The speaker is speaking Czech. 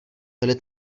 byly